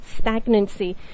stagnancy